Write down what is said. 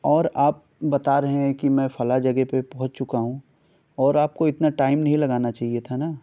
اور آپ بتا رہے ہیں کہ میں فلاں جگہ پہ پہنچ چکا ہوں اور آپ کو اتنا ٹائم نہیں لگانا چاہیے تھا نا